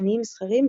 ממניעים מסחריים,